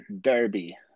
derby